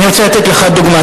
אני רוצה לתת לך דוגמה.